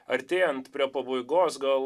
artėjant prie pabaigos gal